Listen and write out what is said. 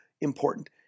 important